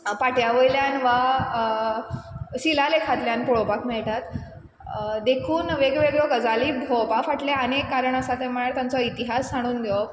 पाट्या वयल्यान वा शिलालेखांतल्यान पळोवपाक मेळटात देखून वेगळ्यो वेगळ्यो गजाली भोंवपा फाटलें आनी एक कारण आसा तें म्हळ्यार तांचो इतिहास जाणून घेवप